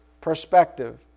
perspective